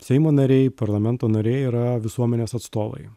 seimo nariai parlamento nariai yra visuomenės atstovai